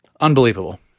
Unbelievable